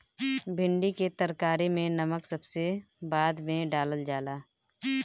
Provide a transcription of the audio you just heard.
भिन्डी के तरकारी में नमक सबसे बाद में डालल जाला